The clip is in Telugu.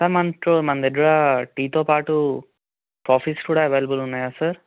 సార్ మనతో మన దగ్గర టీతో పాటు కాఫీస్ కూడా అవైలబుల్ ఉన్నాయా సార్